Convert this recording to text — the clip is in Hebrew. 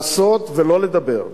לעשות, ולא לדבר,